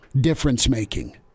difference-making